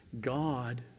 God